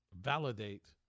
validate